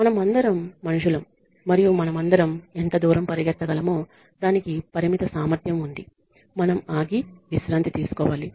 మనమందరం మనుషులం మరియు మనమందరం ఎంత దూరం పరిగెత్తగలమో దానికి పరిమిత సామర్థ్యం ఉంది మనం ఆగి విశ్రాంతి తీసుకోవాలి